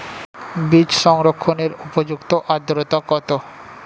বীজ সংরক্ষণের উপযুক্ত আদ্রতা কত?